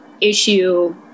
issue